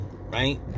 right